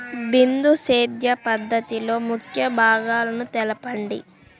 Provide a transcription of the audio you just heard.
బిందు సేద్య పద్ధతిలో ముఖ్య భాగాలను తెలుపండి?